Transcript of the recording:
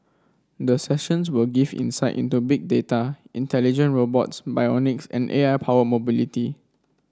the sessions will give insight into Big Data intelligent robots bionics and A I powered mobility